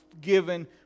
given